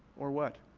or what?